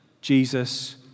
Jesus